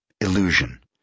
illusion